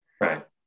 right